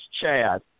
Chad